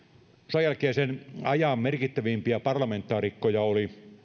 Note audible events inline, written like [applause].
sodanjälkeisen ajan merkittävimpiä parlamentaarikkoja oli [unintelligible]